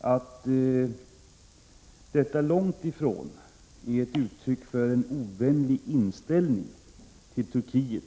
att detta långt ifrån är ett uttryck för en ovänlig inställning till Turkiet.